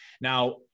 Now